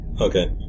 Okay